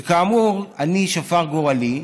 וכאמור, שפר גורלי,